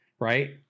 right